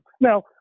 Now